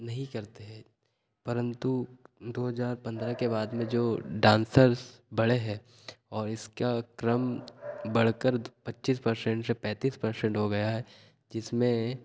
नहीं करते हैं परंतु दो हजार पंद्रह के बाद में जो डांसर्स बढ़े हैं और इसका क्रम बढ़कर पच्चीस परसेंट से पैंतीस परसेंट हो गया है जिसमें